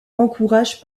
encourage